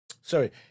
Sorry